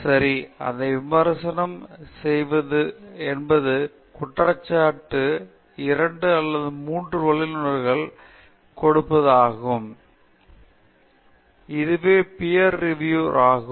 சரி அதை விமர்சனம் செய்வது என்பது குறைந்தபட்சம் இரண்டு அல்லது மூன்று வல்லுநர்கள் விஞ்ஞான வல்லுனர்களால் அதாவது சுயாதீன வல்லுனர்களால் பார்த்துக் கொள்ளப்பட்டால் மற்றும் உங்களுடைய தோற்றமானது தனிப்பட்ட ஒன்று என்னவென்றால் புதிய ஒன்று அது ஒரு ஜெர்னல் தாளாக முடிவடைகிறது